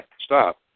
stop